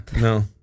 no